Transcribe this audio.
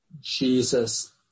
Jesus